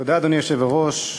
אדוני היושב-ראש,